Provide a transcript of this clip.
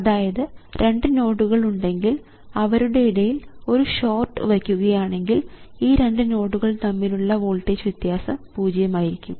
അതായത് രണ്ട് നോഡുകൾ ഉണ്ടെങ്കിൽ അവരുടെ ഇടയിൽ ഒരു ഷോർട്ട് വയ്ക്കുകയാണെങ്കിൽ ഈ രണ്ട് നോഡുകൾ തമ്മിലുള്ള വോൾട്ടേജ് വ്യത്യാസം പൂജ്യമായിരിക്കും